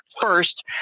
First